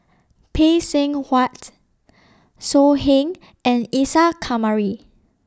Phay Seng Whatt So Heng and Isa Kamari